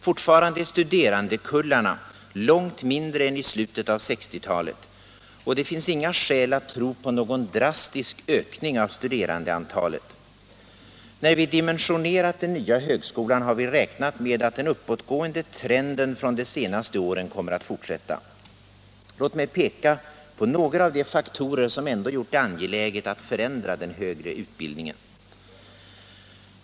Fortfarande är studerandekullarna långt mindre än i slutet av 1960-talet, och det finns inga skäl att tro på någon drastisk ökning av studerandeantalet. När vi dimensionerat den nya högskolan har vi räknat med att den uppåtgående trenden från de senaste åren kommer att fortsätta. Låt mig peka på några av de faktorer som ändå gjort det angeläget att förändra den högre utbildningen.